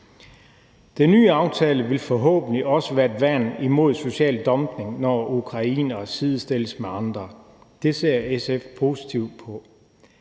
den nye aftale vil forhåbentlig også være et værn imod social dumping, når ukrainere sidestilles med andre. Det ser SF positivt på.